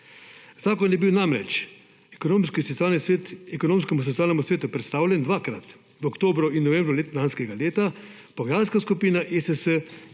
Zakon je bil namreč Ekonomskemu-socialnemu svetu predstavljen dvakrat v oktobru in novembru lanskega leta, pogajalska skupina ESS